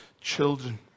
children